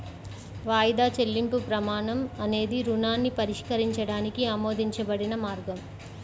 వాయిదా చెల్లింపు ప్రమాణం అనేది రుణాన్ని పరిష్కరించడానికి ఆమోదించబడిన మార్గం